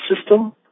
system